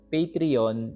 Patreon